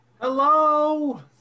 hello